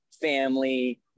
family